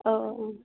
अ अ अ